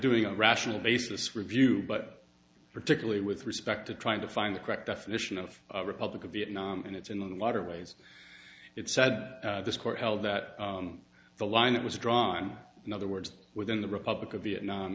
doing a rational basis review but particularly with respect to trying to find the correct definition of republic of vietnam and it's in the waterways it said this court held that the line that was drawn in other words within the republic of vietnam